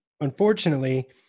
unfortunately